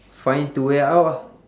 find to way out ah